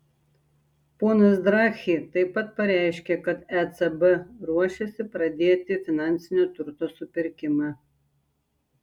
ponas draghi taip pat pareiškė kad ecb ruošiasi pradėti finansinio turto supirkimą